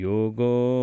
Yoga